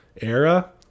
era